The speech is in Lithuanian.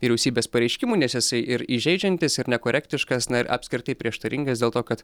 vyriausybės pareiškimų nes esi ir įžeidžiantis ir nekorektiškas na ir apskritai prieštaringas dėl to kad